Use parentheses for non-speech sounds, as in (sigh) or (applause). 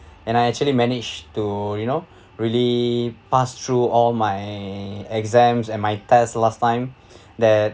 and I actually manage to you know (breath) really pass through all my exams and my test last time (breath) that